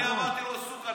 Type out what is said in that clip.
אני אמרתי לו סוקה?